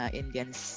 Indians